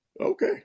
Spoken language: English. Okay